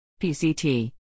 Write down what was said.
PCT